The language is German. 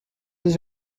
sich